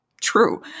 true